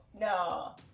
No